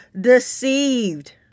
deceived